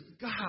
God